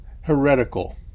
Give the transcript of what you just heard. heretical